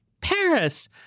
Paris